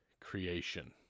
creation